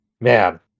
man